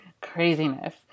Craziness